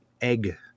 egg